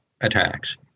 attacks